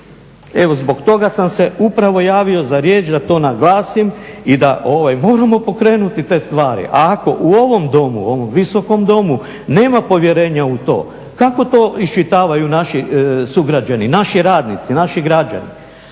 Evo zbog toga sam se upravo javio za riječ da to naglasim i da moramo pokrenuti te stvari. Ako u ovom Domu, u ovom Visokom domu nema povjerenja u to kako to iščitavaju naši sugrađani, naši radnici, naši građani